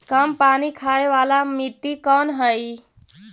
कम पानी खाय वाला मिट्टी कौन हइ?